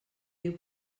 viu